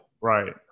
Right